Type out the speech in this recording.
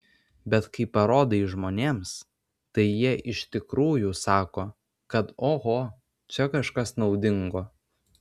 bet kai parodai žmonėms tai jie iš tikrųjų sako kad oho čia kažkas naudingo